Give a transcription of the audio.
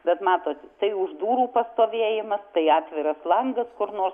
bet matot tai už durų pastovėjimas tai atviras langas kur nors